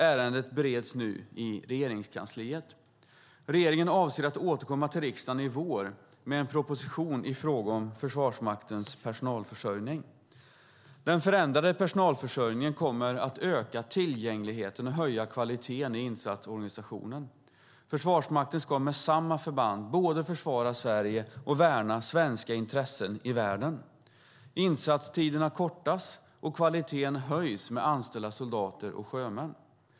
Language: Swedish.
Ärendet bereds nu inom Regeringskansliet, och regeringen avser att återkomma till riksdagen i vår med en proposition i fråga om Försvarsmaktens personalförsörjning. Den förändrade personalförsörjningen kommer att öka tillgängligheten och höja kvaliteten i insatsorganisationen. Försvarsmakten ska med samma förband både försvara Sverige och värna svenska intressen i världen. Insatstiderna kortas och kvaliteten höjs med anställda soldater och sjömän.